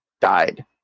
died